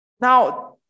now